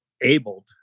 abled